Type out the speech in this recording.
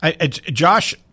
Josh